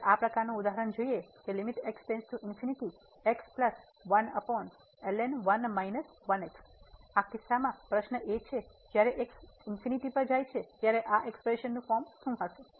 હવે આ પ્રકારનું ઉદાહરણ જેવું કે તેથી આ કિસ્સામાં પ્રશ્ન એ છે કે જ્યારે x ∞ પર જાય છે ત્યારે આ એક્સપ્રેશન નું ફોર્મ શું છે